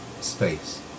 space